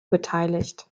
beteiligt